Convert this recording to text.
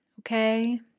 okay